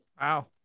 Wow